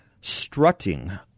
strutting